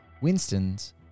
Winston's